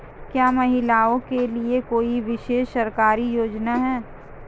क्या महिलाओं के लिए कोई विशेष सरकारी योजना है?